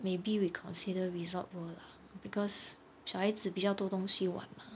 maybe we consider Resorts World lah because 小孩子比较多东西玩 mah